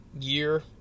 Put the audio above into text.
year